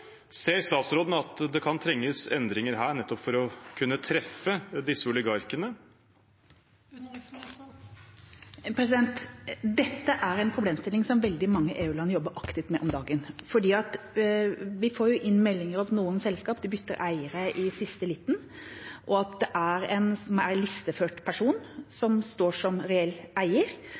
Ser utenriksministeren at det kan trenges endringer her nettopp for å kunne treffe disse oligarkene? Dette er en problemstilling som veldig mange EU-land jobber aktivt med om dagen. Vi får inn meldinger om at noen selskaper bytter eiere i siste liten – det er en listeført person som står som reell eier,